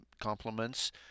compliments